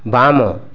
ବାମ